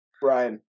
Brian